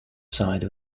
side